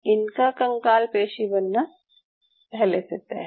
इनका कंकाल पेशी बनना पहले से तय है